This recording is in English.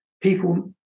people